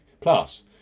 Plus